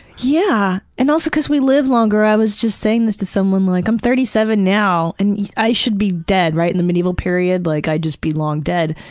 yeah, and also cause we live longer. i was just saying this to someone, like i'm thirty-seven now. and i should be dead right in the medieval period. like i'd just be long dead.